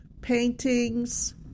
paintings